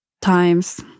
times